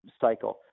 cycle